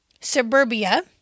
suburbia